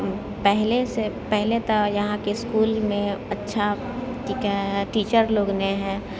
पहिले सँ पहिले तऽ यहाँके इसकुलमे अच्छा टीचर लोग नहि है